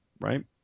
right